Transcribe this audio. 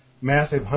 massive